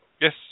Yes